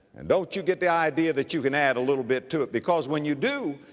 and don't you get the idea that you can add a little bit to it, because when you do,